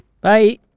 Bye